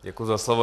Děkuji za slovo.